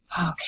Okay